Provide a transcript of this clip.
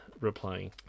replying